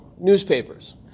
newspapers